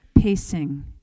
pacing